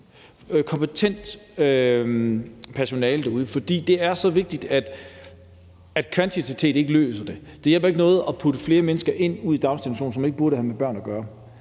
kompetent personale derude. For det er så vigtigt, at kvantitet ikke løser det. Det hjælper ikke noget at putte flere mennesker ind i daginstitutionerne, som ikke burde have med børn at gøre.